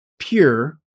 pure